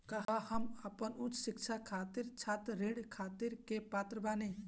का हम अपन उच्च शिक्षा खातिर छात्र ऋण खातिर के पात्र बानी?